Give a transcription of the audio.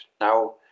now